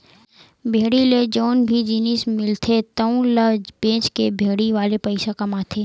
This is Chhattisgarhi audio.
भेड़ी ले जउन भी जिनिस मिलथे तउन ल बेचके भेड़ी वाले पइसा कमाथे